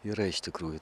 yra iš tikrųjų